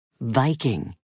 Viking